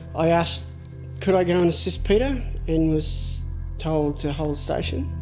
i asked could i go and assist peter and was told to hold station,